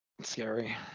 scary